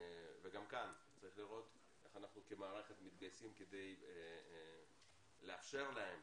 וגם כאן צריך לראות איך אנחנו כמערכת מתגייסים כדי לאפשר להם